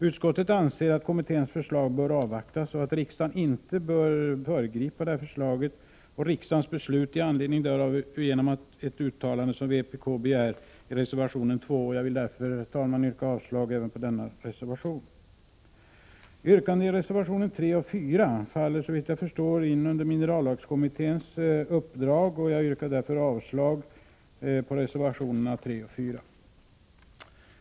Utskottet anser att kommitténs förslag bör avvaktas och att riksdagen inte bör föregripa detta förslag och riksdagens beslut i anledning därav genom ett uttalande, som vpk begär i reservation nr 2. Jag vill därför yrka avslag även på denna reservation. Yrkandena i reservationerna 3 och 4 faller såvitt jag förstår helt in under minerallagskommitténs uppdrag, och jag yrkar därför avslag på reservationerna 3 och 4.